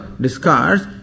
discards